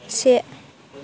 से